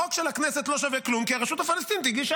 החוק של הכנסת לא שווה כלום כי הרשות הפלסטינית הגישה